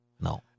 No